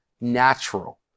natural